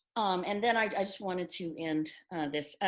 um and then i just wanted to end this.